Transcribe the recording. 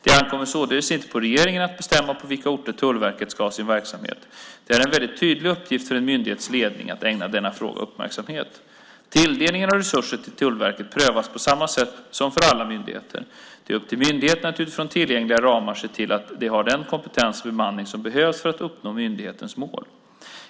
Det ankommer således inte på regeringen att bestämma på vilka orter Tullverket ska ha sin verksamhet. Det är en väldigt tydlig uppgift för myndighetens ledning att ägna denna fråga uppmärksamhet. Tilldelningen av resurser till Tullverket prövas på samma sätt som för alla myndigheter. Det är upp till myndigheten att utifrån tillgängliga ramar se till att man har den kompetens och bemanning som behövs för att uppnå myndighetens mål.